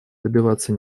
добиваться